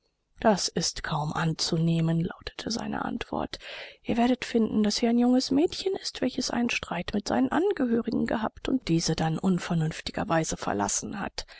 das ist kaum anzunehmen lautete seine antwort ihr werdet finden daß sie ein junges mädchen ist welches einen streit mit seinen angehörigen gehabt und diese dann unvernünftigerweise verlassen hat